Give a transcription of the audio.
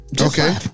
Okay